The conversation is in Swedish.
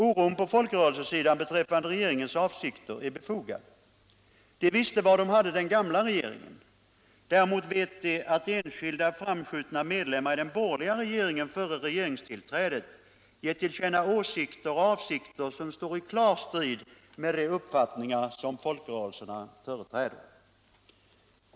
Oron på folkrörelsesidan beträffande regeringens avsikter är befogad. Man visste var man hade den gamla regeringen. Däremot vet man att enskilda, framskjutna medlemmar av den borgerliga regeringen före regeringstillträdet gett till känna åsikter och avsikter som står i klar strid med de uppfattningar som folkrörelserna företräder.